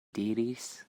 diris